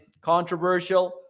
controversial